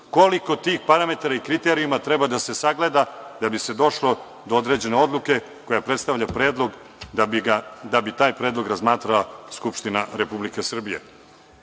koliko tih parametarnih kriterijuma treba da ima da se sagleda da bi se došlo do određene odluke koja predstavlja predlog da bi taj predlog razmatrala Skupština Republike Srbije. Takođe,